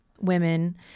women